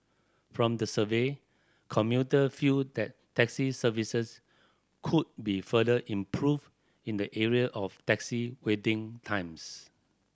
from the survey commuter feel that taxi services could be further improved in the area of taxi waiting times